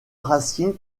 racine